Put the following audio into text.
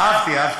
אהבתי, אהבתי.